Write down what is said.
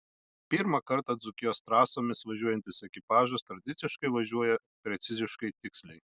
pirmą kartą dzūkijos trasomis važiuojantis ekipažas tradiciškai važiuoja preciziškai tiksliai